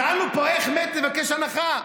שאלנו פה איך מת מבקש הנחה.